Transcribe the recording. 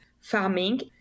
farming